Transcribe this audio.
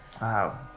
Wow